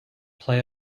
play